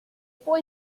boy